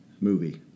movie